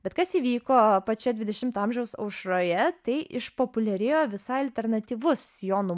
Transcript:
bet kas įvyko pačioje dvidešimto amžiaus aušroje tai išpopuliarėjo visai alternatyvus sijono